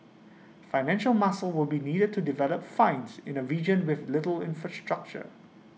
financial muscle will be needed to develop finds in A region with little infrastructure